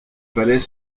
palais